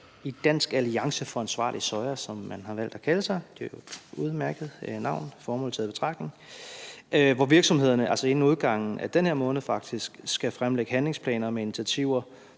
– Dansk Alliance for Ansvarlig Soja, som man har valgt at kalde sig; det er et udmærket navn formålet taget i betragtning. Her skal virksomhederne altså inden udgangen af den her måned faktisk fremlægge handlingsplaner med initiativer,